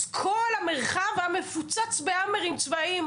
אז כל המרחב היה מפוצץ בהאמרים צבאיים.